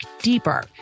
deeper